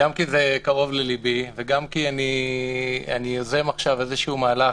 גם כי זה קרוב לליבי וגם כי אני יוזם עכשיו איזשהו מהלך,